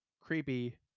creepy